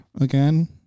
again